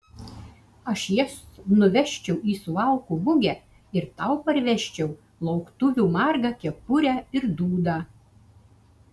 aš jas nuvežčiau į suvalkų mugę ir tau parvežčiau lauktuvių margą kepurę ir dūdą